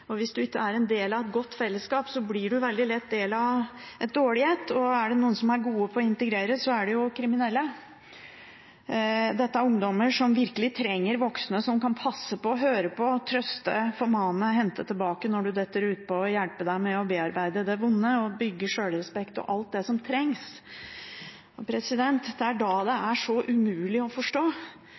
Hvis man ikke er en del av et godt fellesskap, blir man veldig lett del av et dårlig et, og er det noen som er gode på å integrere, så er det jo kriminelle. Dette er ungdommer som virkelig trenger voksne som kan passe på, høre på, trøste, formane, hente tilbake når en detter utpå, hjelpe en med å bearbeide det vonde og bygge sjølrespekt og alt det som trengs. Det er da det er så umulig å forstå